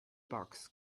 box